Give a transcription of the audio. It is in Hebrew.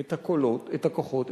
את הכוחות,